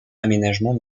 aménagement